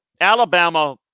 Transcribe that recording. Alabama